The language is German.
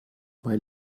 weil